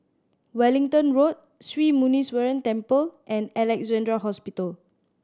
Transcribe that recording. Wellington Road Sri Muneeswaran Temple and Alexandra Hospital